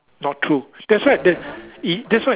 not true that's why that E that's why